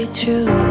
true